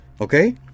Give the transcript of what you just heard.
Okay